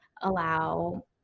allow